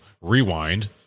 rewind